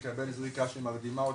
לקבל זריקה שמרדימה אותם,